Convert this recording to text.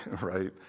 right